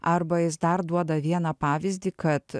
arba jis dar duoda vieną pavyzdį kad